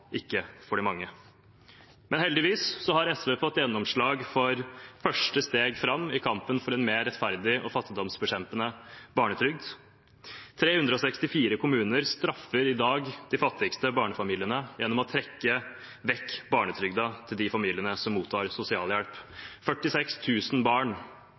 ikke for de mange. Men heldigvis har SV fått gjennomslag for første steg fram i kampen for en mer rettferdig og fattigdomsbekjempende barnetrygd. 364 kommuner straffer i dag de fattigste barnefamiliene gjennom å trekke vekk barnetrygden til de familiene som mottar sosialhjelp. 46 000 barn